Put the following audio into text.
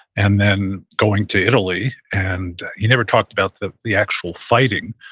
and then going to italy. and he never talked about the the actual fighting.